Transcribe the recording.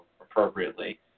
appropriately